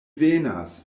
venas